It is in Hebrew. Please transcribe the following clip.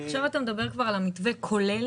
אתה מדבר על המתווה, כולל?